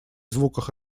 звуках